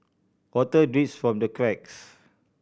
water drips from the cracks